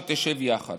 שתשב יחד.